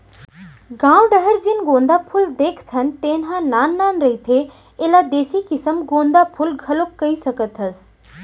गाँव डाहर जेन गोंदा फूल देखथन तेन ह नान नान रहिथे, एला देसी किसम गोंदा फूल घलोक कहि सकत हस